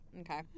okay